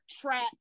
trap